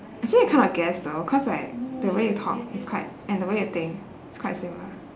actually I kind of guessed though cause like the way you talk is quite and the way you think it's quite similar